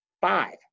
five